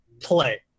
play